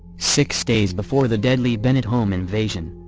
six days before the deadly bennett home invasion,